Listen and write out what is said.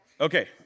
Okay